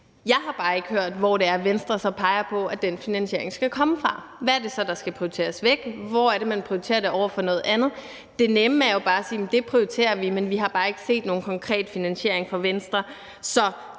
Jeg har bare ikke hørt, hvor det så er Venstre peger på den finansiering skal komme fra. Hvad er det så, der skal prioriteres væk, hvor er det, man prioriterer det over noget andet? Det nemme er jo bare at sige, at det prioriterer vi. Men vi har bare ikke set nogen konkret finansiering fra Venstre,